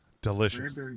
delicious